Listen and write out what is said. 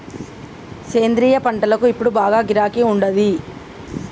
సేంద్రియ పంటలకు ఇప్పుడు బాగా గిరాకీ ఉండాది